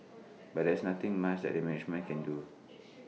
but there's nothing much that the management can do